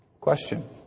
Question